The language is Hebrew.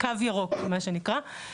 קו ירוק, מה שנקרא.